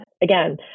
again